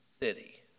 city